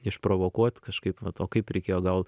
išprovokuot kažkaip vat o kaip reikėjo gal